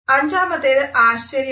അഞ്ചാമത്തേത് ആശ്ചര്യമാണ്